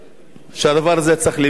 שהדבר הזה צריך להימשך,